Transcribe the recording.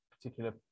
Particular